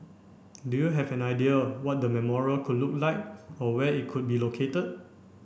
do you have an idea what the memorial could look like or where it could be located